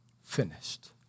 Finished